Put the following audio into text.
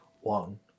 One